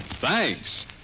Thanks